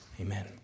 Amen